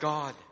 God